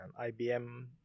IBM